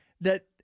that-